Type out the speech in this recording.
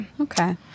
Okay